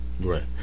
Right